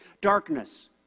darkness